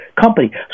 company